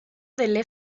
del